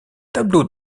tableau